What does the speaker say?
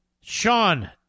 Sean